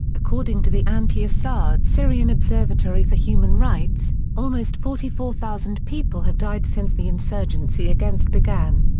according to the anti-assad syrian observatory for human rights, almost forty four thousand people have died since the insurgency against began.